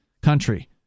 country